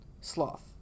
Sloth